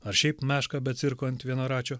ar šiaip mešką be cirko ant vienračio